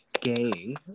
gay